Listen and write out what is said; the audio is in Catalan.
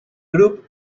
grup